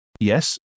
Yes